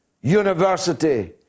university